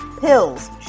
pills